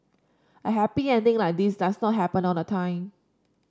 a happy ending like this does not happen all the time